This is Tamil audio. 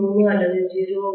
3 அல்லது 0